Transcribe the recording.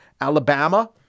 Alabama